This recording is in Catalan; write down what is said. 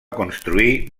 construir